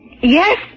Yes